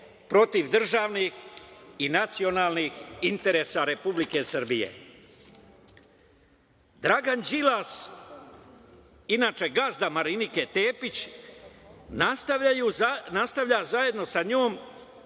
protiv državnih i nacionalnih interesa Republike Srbije. Dragan Đilas, inače gazda Marinike Tepić, nastavlja zajedno sa njom